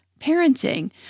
parenting